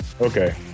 Okay